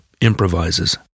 improvises